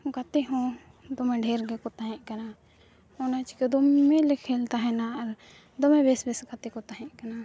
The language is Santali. ᱜᱟᱛᱮᱦᱚᱸ ᱫᱚᱢᱮ ᱰᱷᱮᱨ ᱜᱮᱠᱚ ᱛᱟᱦᱮᱸ ᱠᱟᱱᱟ ᱚᱱᱟ ᱪᱤᱠᱟᱹ ᱫᱚᱢᱮᱞᱮ ᱠᱷᱮᱞ ᱛᱟᱦᱮᱱᱟ ᱟᱨ ᱫᱚᱢᱮ ᱵᱮᱥ ᱵᱮᱥ ᱜᱟᱛᱮᱠᱚ ᱛᱟᱦᱮᱸ ᱠᱟᱱᱟ